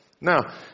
Now